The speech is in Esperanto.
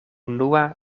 unua